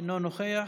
אינו נוכח,